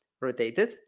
rotated